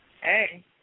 Hey